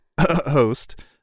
host